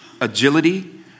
agility